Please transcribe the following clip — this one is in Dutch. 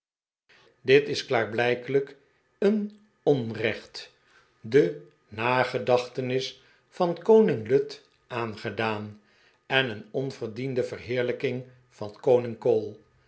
dit is klaarblijkelijk een onrecht de nagedachtenis van koning lud aangedaan en een onverdiende verheerlijking van koning cole